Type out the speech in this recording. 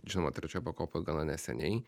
žinoma trečioje pakopoje gana neseniai